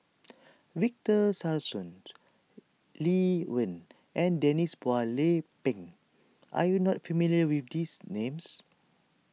Victor Sassoon Lee Wen and Denise Phua Lay Peng are you not familiar with these names